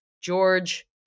George